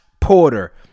porter